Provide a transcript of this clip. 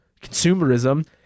consumerism